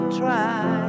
try